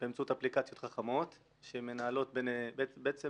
באמצעות אפליקציות חכמות שמנהלות בעצם